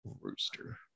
Rooster